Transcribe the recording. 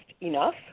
enough